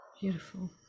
Beautiful